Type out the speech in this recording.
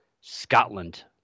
Scotland